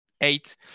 eight